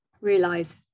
realize